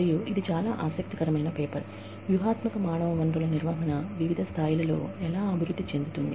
మరియు ఇది చాలా ఆసక్తికరమైన పేపర్ వ్యూహాత్మక మానవ వనరుల నిర్వహణ వివిధ స్థాయిలలో ఎలా అభివృద్ధి చెందుతుంది